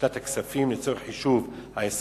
שנת כספים, לצורך חישוב ה-20%,